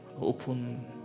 open